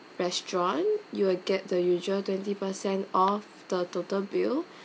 restaurant you will get the usual twenty percent off the total bill